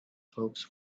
folks